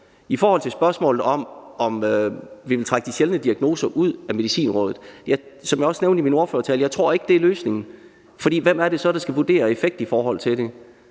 I forhold til spørgsmålet om, om vi vil trække vurderingerne af medicin for de sjældne diagnoser ud af Medicinrådet, vil jeg sige – som jeg også nævnte i min ordførertale – at jeg ikke tror det er løsningen. For hvem er det så, der skal vurdere effekt i forhold til den?